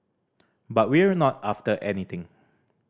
but we're not after anything